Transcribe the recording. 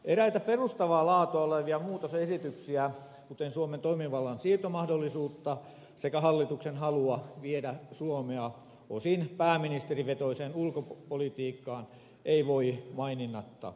eräitä perustavaa laatua olevia muutosesityksiä kuten suomen toimivallan siirtomahdollisuutta sekä hallituksen halua viedä suomea osin pääministerivetoiseen ulkopolitiikkaan ei voi maininnatta ohittaa